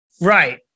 Right